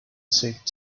saint